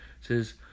says